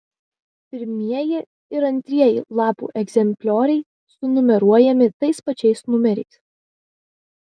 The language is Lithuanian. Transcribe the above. pirmieji ir antrieji lapų egzemplioriai sunumeruojami tais pačiais numeriais